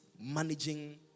managing